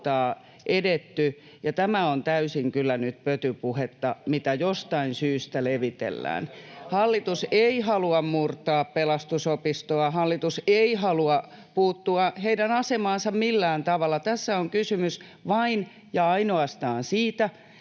tämä on täysin kyllä nyt pötypuhetta, mitä jostain syystä levitellään. Hallitus ei halua murtaa Pelastusopistoa, hallitus ei halua puuttua heidän asemaansa millään tavalla. Tässä on kysymys vain ja ainoastaan siitä, että